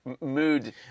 Mood